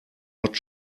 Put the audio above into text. not